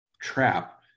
trap